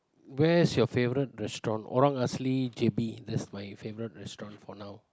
where's your favourite restaurant Orang Asli J_B that's my favourite restaurant for now